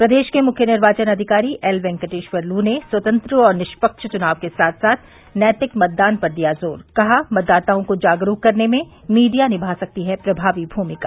प्रदेश के मुख्य निर्वाचन अधिकारी एलवेंकेटेश्वर लू ने स्वतंत्र और निष्पक्ष चुनाव के साथ साथ नैतिक मतदान पर दिया जोर कहा मतदाताओं को जागरूक करने में मीडिया निभा सकती है प्रभावी भूमिका